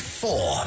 four